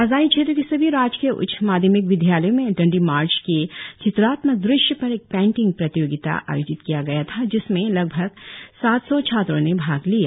राजधानी क्षेत्र के सभी राजकीय उच्च माध्यमिक विद्यालयो में दण्डी मार्च के चित्रात्मक दृश्य पर एक पेंटिंग प्रतियोगिता आयोजित किया गया था जिसमें लगभग सात सौ छात्रों ने भाग लिया